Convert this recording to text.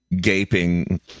gaping